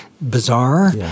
bizarre